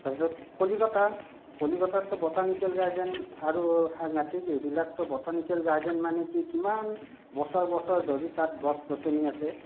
তাৰপাছত কলিকতা কলিকতাততো botanical garden আৰু সাংঘাতিক এইবিলাকতো বটানিকেল গাৰ্ডেন মানে কি কিমান বছৰ বছৰ ধৰি তাত গছ গছনি আছে